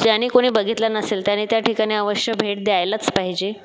ज्याणी कुणी बघितलं नसेल त्याने त्या ठिकाणी अवश्य भेट द्यायलाचं पाहिजे